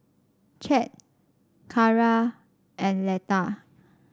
Chet Cara and Letta